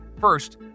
First